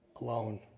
alone